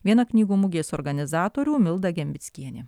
viena knygų mugės organizatorių milda gembickienė